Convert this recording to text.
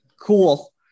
cool